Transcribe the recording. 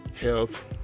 health